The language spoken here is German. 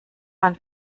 man